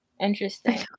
Interesting